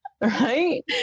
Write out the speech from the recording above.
Right